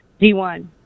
D1